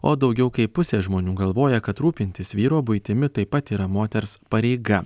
o daugiau kaip pusė žmonių galvoja kad rūpintis vyro buitimi taip pat yra moters pareiga